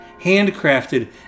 Handcrafted